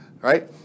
Right